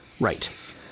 Right